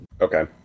Okay